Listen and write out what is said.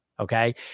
Okay